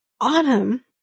autumn